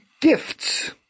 gifts